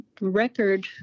record